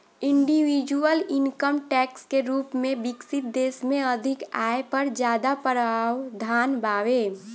individual income tax के रूप में विकसित देश में अधिक आय पर ज्यादा प्रावधान बावे